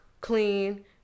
clean